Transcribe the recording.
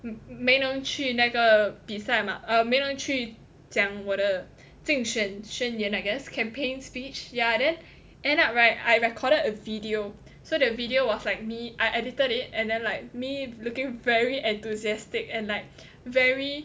没没能去那个比赛吗呃没能去讲我的竞选宣言 I guess campaign speech yah then end up right I recorded a video so the video was like me I edited it and then like me looking very enthusiastic and like very